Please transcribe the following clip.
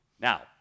Now